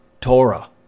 Torah